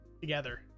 together